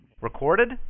Recorded